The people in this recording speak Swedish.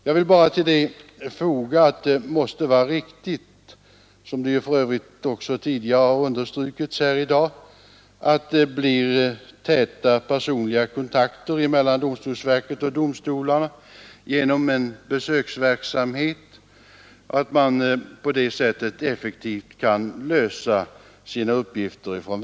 Jag vill bara tillfoga att det måste vara riktigt — det har för övrigt också tidigare understrukits — med täta personliga kontakter mellan domstolsverket och domstolarna genom en besöksverksamhet, så att verket effektivt kan lösa sin uppgifter.